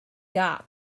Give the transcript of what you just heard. got